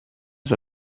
sua